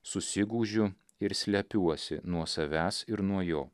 susigūžiu ir slepiuosi nuo savęs ir nuo jo